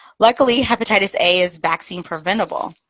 luckily, hepatitis a is vaccine preventable.